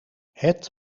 het